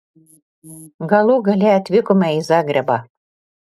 galų gale atvykome į zagrebą